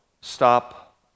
stop